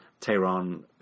Tehran